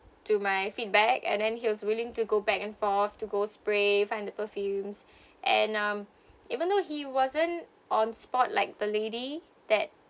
to my feedback and then he was willing to go back and forth to go spray find the perfumes and um even though he wasn't on spot like the lady that